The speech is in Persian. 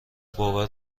باور